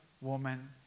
woman